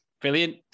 Brilliant